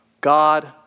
God